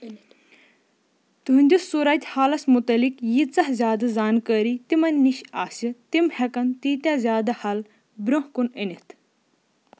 تُہٕنٛدِس صوٗرتِحالَس متعلق ییٖژاہ زیادٕ زانکٲری تِمَن نِش آسہِ تِم ہٮ۪کَن تیٖتیٛاہ زیادٕ حل برٛونٛہہ كُن أنِتھ